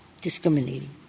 discriminating